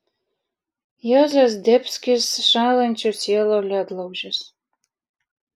juozas zdebskis šąlančių sielų ledlaužis